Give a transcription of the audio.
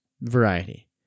variety